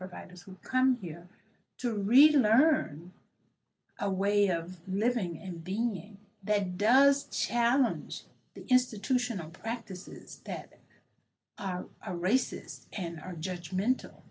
providers who come here to read and learn a way of living and being that does challenge the institutional practices that are a racist and our judgment